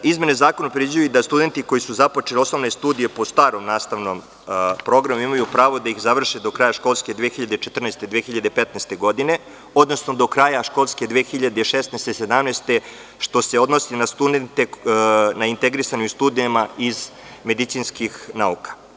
Izmene zakona predviđaju i da studenti koji su započeli osnovne studije po starom nastavnom programu imaju pravo da ih završe do kraja školske 2014-2015. godine, odnosno do kraja školske 2016-2017. godine, što se odnosi na studente na integrisanim studijama i medicinskih nauka.